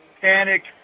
panic